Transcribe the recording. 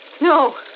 no